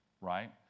right